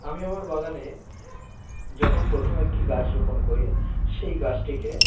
আমি আমার বাগানে যখন প্রথম একটি গাছ রোপণ করি সেই গাছটিকে